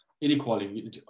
Inequality